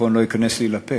שהמיקרופון לא ייכנס לי לפה,